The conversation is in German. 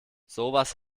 sowas